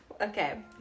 Okay